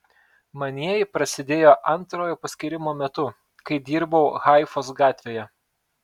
manieji prasidėjo antrojo paskyrimo metu kai dirbau haifos gatvėje